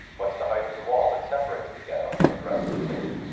what's the height of the wall that separates the ghetto from the rest of the city,